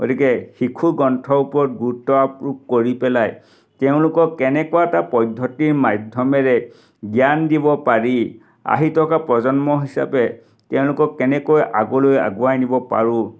গতিকে শিশু গ্ৰন্থৰ ওপৰত গুৰুত্ব আৰোপ কৰি পেলাই তেওঁলোকক কেনেকুৱা এটা পদ্ধতিৰ মাধ্যমেৰে জ্ঞান দিব পাৰি আহি থকা প্ৰজন্ম হিচাপে তেওঁলোকক কেনেকৈ আগলৈ আগুৱাই নিব পাৰোঁ